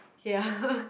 ya